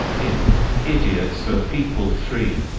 in idiots are people three,